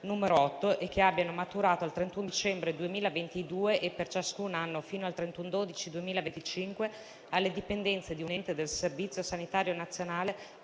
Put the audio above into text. n. 8 e che abbiano maturato al 31 dicembre 2022 e per ciascun anno fino 31.12.2025, alle dipendenze di un ente del servizio sanitario nazionale